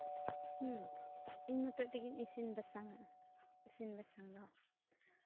ᱦᱮᱸ ᱤᱧ ᱢᱚᱛᱚᱡ ᱛᱮᱜᱮᱧ ᱤᱥᱤᱱ ᱵᱟᱥᱟᱝᱟ ᱤᱥᱤᱱ ᱵᱟᱥᱟᱝ ᱫᱚ